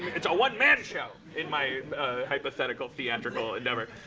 it's a one-man show, in my hypothetical theatrical endeavor.